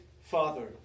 Father